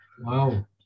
Wow